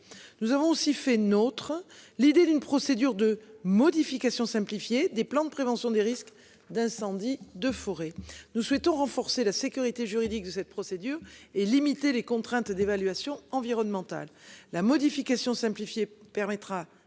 Nous avons aussi fait notre l'idée d'une procédure de modification simplifiée des plans de prévention des risques d'incendies de forêt, nous souhaitons renforcer la sécurité juridique de cette procédure et limiter les contraintes d'évaluation environnementale. La modification simplifiée permettra